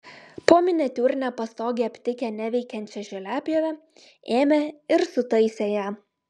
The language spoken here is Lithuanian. po miniatiūrine pastoge aptikę neveikiančią žoliapjovę ėmė ir sutaisė ją